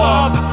up